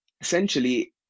essentially